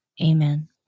Amen